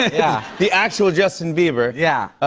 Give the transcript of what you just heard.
yeah the actual justin bieber. yeah.